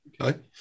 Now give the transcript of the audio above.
Okay